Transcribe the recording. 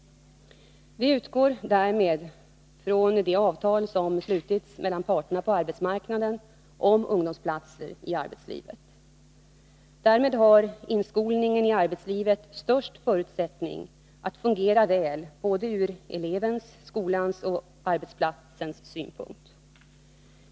Vi utgår därvid från det avtal som slutits mellan parterna på arbetsmarknaden om ungdomsplatser i arbetslivet. Därmed har inskolningen i arbetslivet den största förutsättningen att fungera från såväl elevens och skolans som arbetsplatsens synpunkt.